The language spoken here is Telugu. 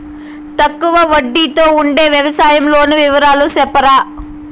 తక్కువ వడ్డీ తో ఉండే వ్యవసాయం లోను వివరాలు సెప్తారా?